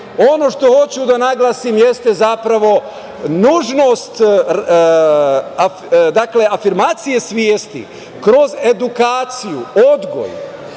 što hoću da naglasim jeste zapravo nužnost afirmacije svesti kroz edukaciju, odgoj,